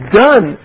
done